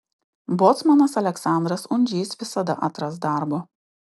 bocmanas aleksandras undžys visada atras darbo